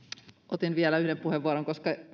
otin vielä yhden puheenvuoron koska